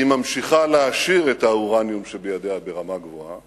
היא ממשיכה להעשיר את האורניום שבידיה ברמה גבוהה